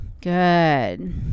Good